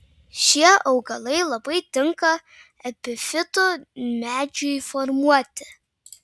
šie augalai labai tinka epifitų medžiui formuoti